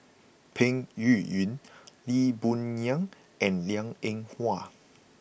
Peng Yuyun Lee Boon Ngan and Liang Eng Hwa